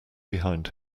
behind